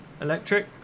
electric